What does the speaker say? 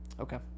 Okay